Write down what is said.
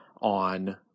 on